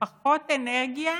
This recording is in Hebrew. בפחות אנרגיה